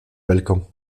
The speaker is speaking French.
balkans